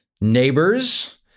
neighbors